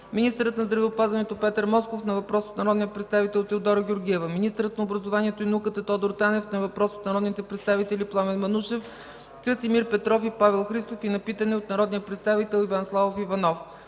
министърът на здравеопазването Петър Москов – на въпрос от народния представител Теодора Георгиева; - министърът на образованието и науката Тодор Танев – на въпрос от народните представители Пламен Манушев, Красимир Петров и Павел Христов и на питане от народния представител Иван Славов Иванов;